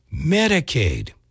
Medicaid